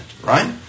right